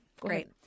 Great